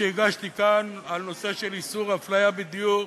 שהגשתי כאן על נושא של איסור אפליה בדיור,